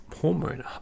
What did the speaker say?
hormone